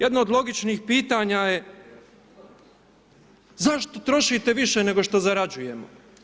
Jedno od logičnih pitanja je zašto trošite više nego što zarađujemo?